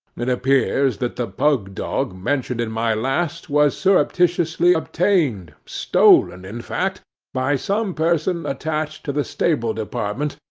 it appears that the pug-dog mentioned in my last was surreptitiously obtained stolen, in fact by some person attached to the stable department,